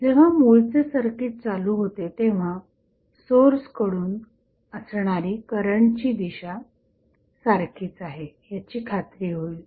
जेव्हा मूळचे सर्किट चालू होते तेव्हा सोर्स कडून असणारी करंटची दिशा सारखीच आहे याची खात्री होईल